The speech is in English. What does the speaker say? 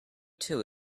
two